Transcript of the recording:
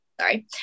Sorry